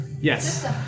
Yes